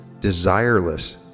desireless